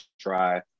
try